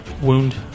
wound